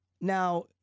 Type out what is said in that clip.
Now